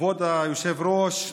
כבוד היושב-ראש,